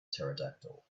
pterodactyl